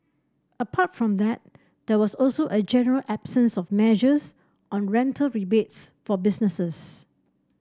apart from that there was also a general absence of measures on rental rebates for businesses